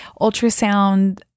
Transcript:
ultrasound